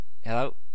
Hello